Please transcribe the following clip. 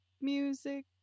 music